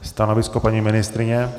Stanovisko paní ministryně?